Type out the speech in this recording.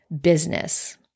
business